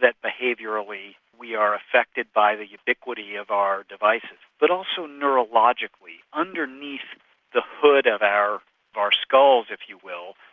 that behaviourally we are affected by the iniquity of our devices, but also neurologically. underneath the hood of our our skulls if you will,